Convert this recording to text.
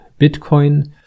Bitcoin